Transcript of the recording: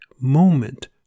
moment